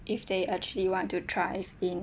if they actually want to thrive in